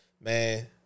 man